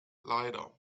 leider